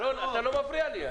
רון, אתה לא מפריע לי.